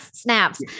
snaps